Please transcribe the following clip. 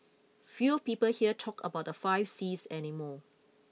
few people here talk about the five sees any more